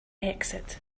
exit